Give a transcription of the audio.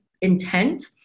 intent